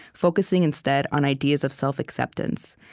focusing instead on ideas of self-acceptance.